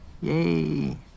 yay